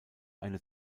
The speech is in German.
eine